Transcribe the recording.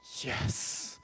Yes